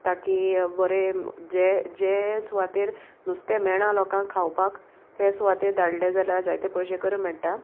ताकी बरें जे जे सुवातेर नुस्तें मेळना लोकांक खावपाक ते सुवातेर धाडलें जाल्यार जायते पोयशे कोरूं मेळटा